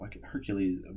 Hercules